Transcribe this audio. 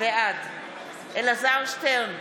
בעד אלעזר שטרן,